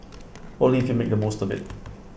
only if you make the most of IT